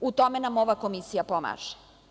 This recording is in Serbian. U tome nam ova Komisija pomaže.